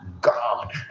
God